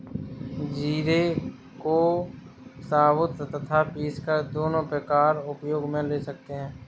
जीरे को साबुत तथा पीसकर दोनों प्रकार उपयोग मे ले सकते हैं